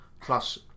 plus